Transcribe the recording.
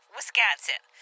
Wisconsin